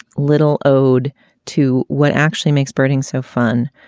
little ode to what actually makes birding so fun.